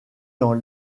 dans